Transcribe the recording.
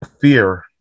fear